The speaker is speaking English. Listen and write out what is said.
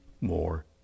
more